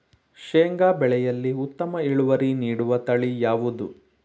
ಶೇಂಗಾ ಬೆಳೆಯಲ್ಲಿ ಉತ್ತಮ ಇಳುವರಿ ನೀಡುವ ತಳಿ ಯಾವುದು?